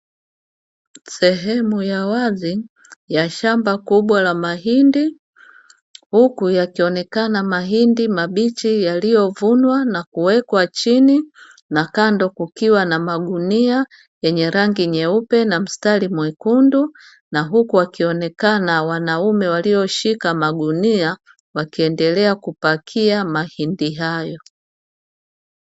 Sehemu ya wazi ya shamba kubwa la mahindi, huku yakionekana mahindi mabichi yaliyovunwa na kuwekwa chini na kando kukiwa na magunia yenye rangi nyeupe na mstari mwekundu, na huku wakionekana wanaume walioshika magunia wakiendelea kupakia mahindi hayo.